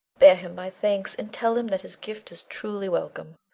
bear him my thanks, and tell him that his gift is truly welcome.